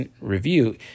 review